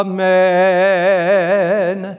Amen